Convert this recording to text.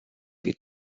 with